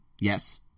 Yes